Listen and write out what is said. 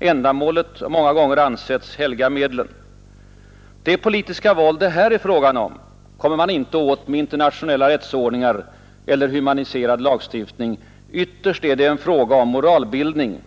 Ändamålet har många gånger ansetts helga medlen. Det politiska våld det här är fråga om kommer man inte åt med internationella rättsordningar eller humaniserad lagstiftning. Ytterst är det en fråga om moralbildning.